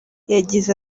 yagize